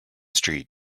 street